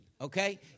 okay